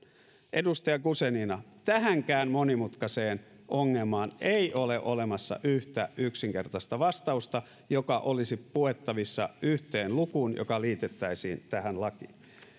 edustaja guzenina tähänkään monimutkaiseen ongelmaan ei ole olemassa yhtä yksinkertaista vastausta joka olisi puettavissa yhteen lukuun joka liitettäisiin tähän lakiin